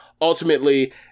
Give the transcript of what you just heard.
Ultimately